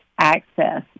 access